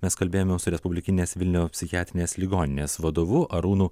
mes kalbėjome su respublikinės vilniaus psichiatrinės ligoninės vadovu arūnu